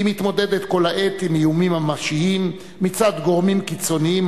והיא מתמודדת כל העת עם איומים ממשיים מצד גורמים קיצוניים,